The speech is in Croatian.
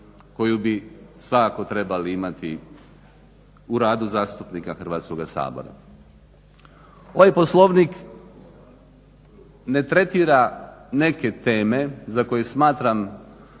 koju bi svakako trebali imati u radu zastupnika Hrvatskoga sabora. Ovaj Poslovnik ne tretira neke teme za koje smatram